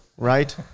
right